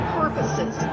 purposes